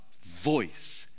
voice